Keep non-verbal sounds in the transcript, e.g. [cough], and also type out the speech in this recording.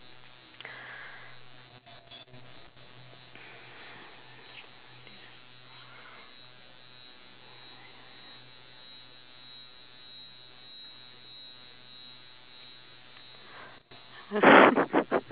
[laughs]